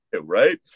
right